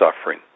suffering